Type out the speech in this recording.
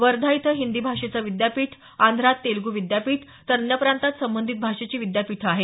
वर्धा इथं हिंदी भाषेचं विद्यापीठ आंध्रात तेलुगू विद्यापीठ तर अन्य प्रांतात संबंधित भाषेची विद्यापीठं आहेत